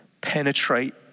penetrate